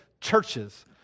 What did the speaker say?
churches